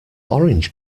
orange